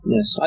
Yes